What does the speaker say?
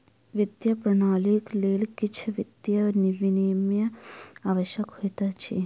वित्तीय प्रणालीक लेल किछ वित्तीय विनियम आवश्यक होइत अछि